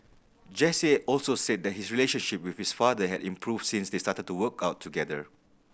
Jesse also said that his relationship with his father had improved since they started to work out together